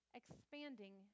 expanding